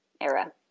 era